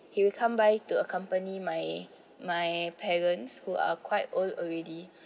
he will come by to accompany my my parents who are quite old already